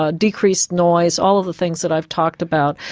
ah decreased noise, all of the things that i've talked about.